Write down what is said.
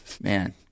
man